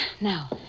Now